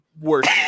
worst